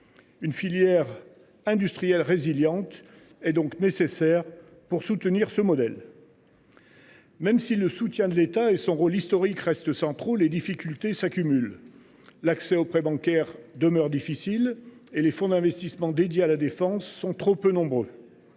Une filière industrielle résiliente est donc nécessaire pour soutenir ce modèle. Même si le soutien de l’État et son rôle historique restent centraux, les difficultés s’accumulent : l’accès aux prêts bancaires demeure difficile et les fonds d’investissement dédiés à la défense sont trop peu nombreux.